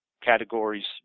categories